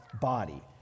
body